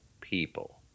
people